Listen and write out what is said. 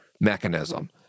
mechanism